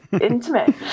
intimate